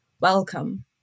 Welcome